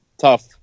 tough